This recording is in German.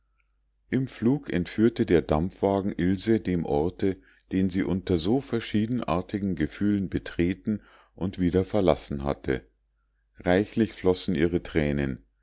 im flug entführte der dampfwagen ilse dem orte den sie unter so verschiedenartigen gefühlen betreten und wieder verlassen hatte reichlich flossen ihre thränen